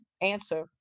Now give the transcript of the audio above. answer